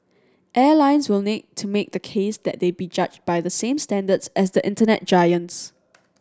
airlines will need to make the case that they be judged by the same standards as the Internet giants